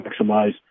maximize